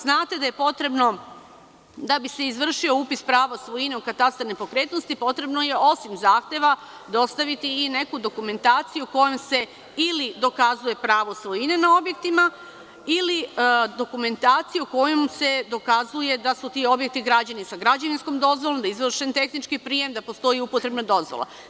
Znate da je potrebno da bi se izvršio upis prava svojine u katastar nepokretnosti, osim zahteva, dostavitii neku dokumentaciju kojom se ili dokazuje pravo svojine na objektima ili dokumentaciju kojom se dokazuje da su ti objekti građeni sa građevinskom dozvolom, da je izvršen tehnički prijem, da postoji upotrebna dozvola.